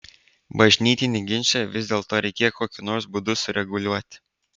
bažnytinį ginčą vis dėlto reikėjo kokiu nors būdu sureguliuoti